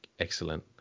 excellent